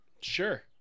Sure